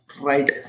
Right